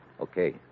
Okay